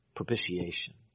Propitiation